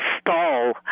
stall